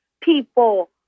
people